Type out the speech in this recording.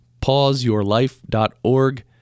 Pauseyourlife.org